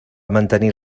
mantenir